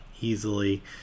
easily